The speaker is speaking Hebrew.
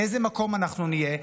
באיזה מקום אנחנו נהיה,